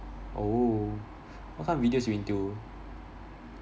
oh what kind of videos you into